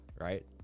right